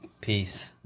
Peace